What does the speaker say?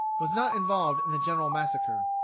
was not involved in the general massacre.